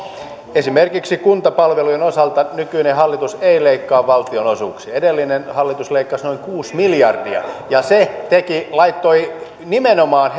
esimerkiksi kuntapalvelujen osalta nykyinen hallitus ei leikkaa valtionosuuksia edellinen hallitus leikkasi noin kuusi miljardia ja se laittoi nimenomaan